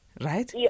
right